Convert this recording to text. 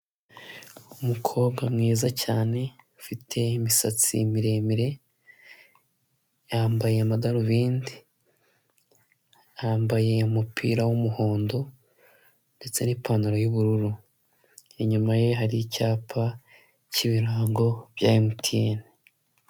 Umukobwa mwiza cyane ufite imisatsi miremire, yambaye amadarubindi, yambaye umupira w'umuhondo, ndetse n'ipantaro y'ubururu. Inyuma ye hari icyapa cy'ibirango bya emutiyene.